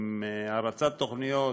עם הרצת תוכניות,